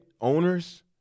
owners